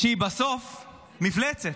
שהיא בסוף מפלצת.